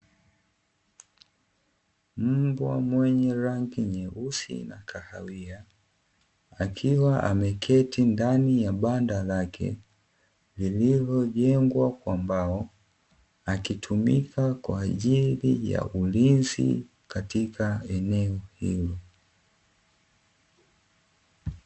Mbwa mwenye rangi nyeusi na kahawia akiwa ameketi ndani ya banda lake lililojengwa kwa mbao akitumika kwa ajili ya ulinzi katika eneo hilo.